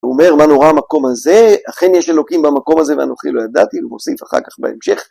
הוא אומר, מה נורא המקום הזה, אכן יש אלוקים במקום הזה, ואנוכי לא ידעתי הוא מוסיף אחר כך בהמשך.